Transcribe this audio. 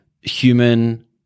human